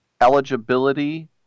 eligibility